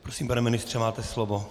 Prosím, pane ministře, máte slovo.